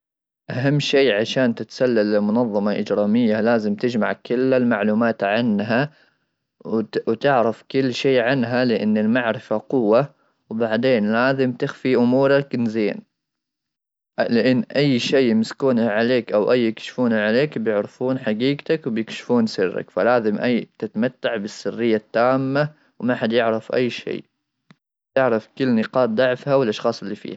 اهم شيء عشان تتسلل لمنظمه اجراميه, لازم تجمع كل المعلومات عنها, وتعرف كل شيء عنها لان المعرفه قوه وبعدين لازم تخفي امورك زين اي شيء يمسكونه عليك او اي يكشفون عليك ,بيعرفون حقيقتك فلازم اي تتمتع بالسريه التامه وما حد يعرف اي شيء يعرف كل نقاط ضعفها والاشخاص.